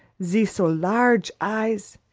ze so large eyes!